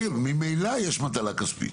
ממילא יש מטלה כספית.